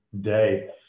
day